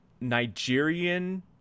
nigerian